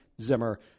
Zimmer